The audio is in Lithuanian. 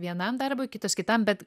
vienam darbui kitos kitam bet